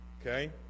okay